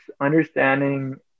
understanding